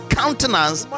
countenance